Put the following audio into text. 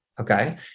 Okay